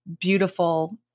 beautiful